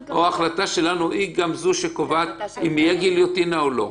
שהחלטה שלנו היא גם זו שקובעת אם תהיה גיליוטינה או לא?